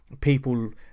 people